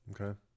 Okay